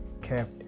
kept